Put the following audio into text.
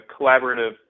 collaborative